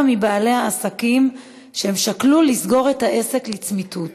מבעלי העסקים שהם שקלו לסגור את העסק לצמיתות.